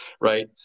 right